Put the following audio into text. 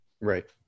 Right